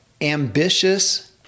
Ambitious